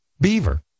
beaver